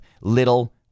Little